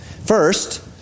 First